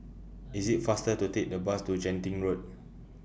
IS IT faster to Take The Bus to Genting Road